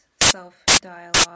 self-dialogue